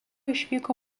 išvyko